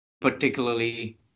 particularly